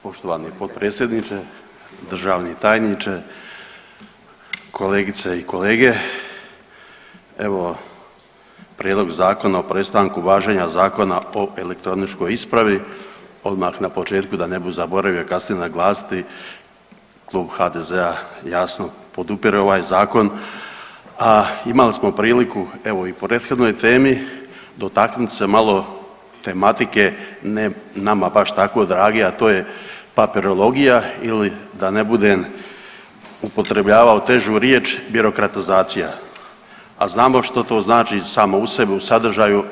Poštovani potpredsjedniče, državni tajniče, kolegice i kolege, evo Prijedlog Zakona o prestanku važenja Zakona o elektroničkoj ispravi, odmah na početku da ne bih zaboravio kasnije naglasiti Klub HDZ-a jasno podupire ovaj zakon, a imali smo priliku evo i u prethodnoj temi dotaknuti se malo tematike ne nama baš tako drage, a to je papirologija ili da ne budem upotrebljavao težu riječ birokratizacija, a znamo što to znači samo u sebi u sadržaju.